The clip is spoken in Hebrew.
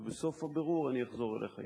ובסוף הבירור אני אחזור אליך אישית.